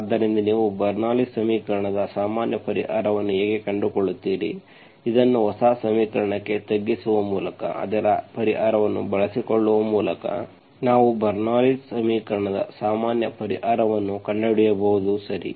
ಆದ್ದರಿಂದ ನೀವು ಬರ್ನೌಲ್ಲಿಸ್bernoullis ಸಮೀಕರಣದ ಸಾಮಾನ್ಯ ಪರಿಹಾರವನ್ನು ಹೇಗೆ ಕಂಡುಕೊಳ್ಳುತ್ತೀರಿ ಇದನ್ನು ಹೊಸ ಸಮೀಕರಣಕ್ಕೆ ತಗ್ಗಿಸುವ ಮೂಲಕ ಅದರ ಪರಿಹಾರವನ್ನು ಬಳಸಿಕೊಳ್ಳುವ ಮೂಲಕ ನಾವು ಬರ್ನೌಲ್ಲಿಸ್ bernoullis ಸಮೀಕರಣದ ಸಾಮಾನ್ಯ ಪರಿಹಾರವನ್ನು ಕಂಡುಹಿಡಿಯಬಹುದು ಸರಿ